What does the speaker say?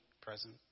present